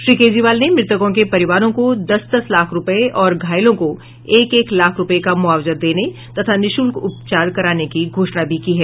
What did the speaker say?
श्री केजरीवाल ने मृतकों के परिवारों को दस दस लाख रूपये और घायलों को एक एक लाख रुपये का मुआवजा देने तथा निशुल्क उपचार कराने की घोषणा भी की है